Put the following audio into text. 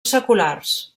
seculars